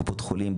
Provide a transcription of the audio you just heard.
קופות חולים,